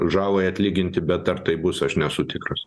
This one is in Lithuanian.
žalai atlyginti bet ar taip bus aš nesu tikras